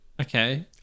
Okay